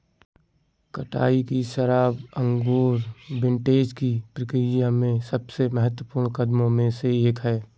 कटाई की शराब अंगूर विंटेज की प्रक्रिया में सबसे महत्वपूर्ण कदमों में से एक है